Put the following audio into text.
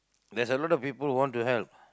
there's a lot of people who want to help